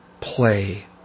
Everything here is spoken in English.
play